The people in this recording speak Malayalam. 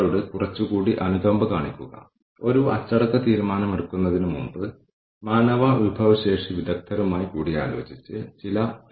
ഇപ്പോൾ നമുക്ക് കൂടുതൽ സ്വീകാര്യമായ സ്കോർകാർഡിലേക്ക് വരാം അത് ഈ ദിവസങ്ങളിൽ ഒരു സ്ഥാപനത്തിൽ മിക്ക ഓർഗനൈസേഷനുകളിലും ഏറ്റവും കൂടുതൽ ഉപയോഗിക്കുന്ന സമതുലിതമായ സ്കോർകാർഡാണ്